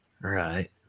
Right